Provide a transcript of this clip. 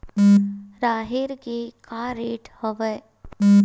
राहेर के का रेट हवय?